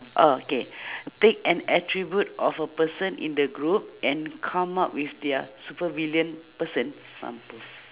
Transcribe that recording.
oh k pick an attribute of a person in the group and come up with their supervillain person mampus